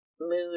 mood